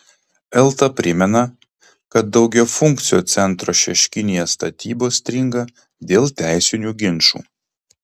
elta primena kad daugiafunkcio centro šeškinėje statybos stringa dėl teisinių ginčų